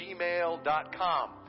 gmail.com